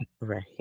Right